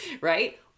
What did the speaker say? right